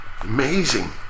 Amazing